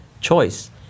choice